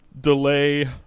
Delay